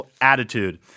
attitude